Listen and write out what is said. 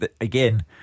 again